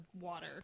water